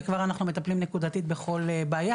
וכבר אנחנו מטפלים נקודתית בכל בעיה,